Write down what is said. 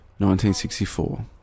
1964